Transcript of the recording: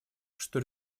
что